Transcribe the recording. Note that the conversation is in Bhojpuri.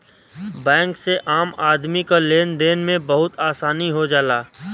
बैंक से आम आदमी क लेन देन में बहुत आसानी हो जाला